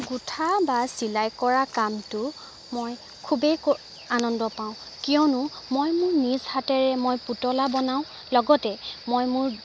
গোঁঠা বা চিলাই কৰা কামটো মই খুবেই কৰি আনন্দ পাওঁ কিয়নো মই মোৰ নিজ হাতেৰে মই পুতলা বনাওঁ লগতে মই মোৰ